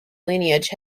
lineage